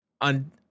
on